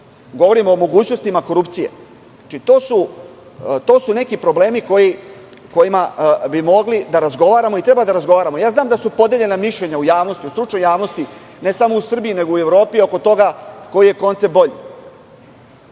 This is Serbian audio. govorimo o mogućnostima korupcije. To su neki problemi o kojima bi mogli da razgovaramo i treba da razgovaramo. Znam da su podeljena mišljenja u javnosti, u stručnoj javnosti ne samo u Srbiji nego i u Evropi oko toga koji je koncept bolji?